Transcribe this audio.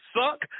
suck